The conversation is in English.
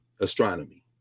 astronomy